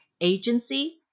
Agency